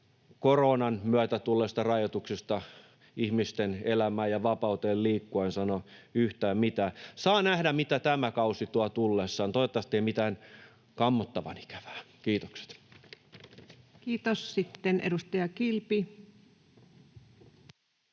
Koronan myötä tulleista rajoituksista ihmisten elämään ja vapauteen liikkua en sano yhtään mitään. Saa nähdä, mitä tämä kausi tuo tullessaan — toivottavasti ei mitään kammottavan ikävää. — Kiitokset. Kiitos. — Sitten edustaja Kilpi.